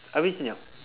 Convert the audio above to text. abeh senyap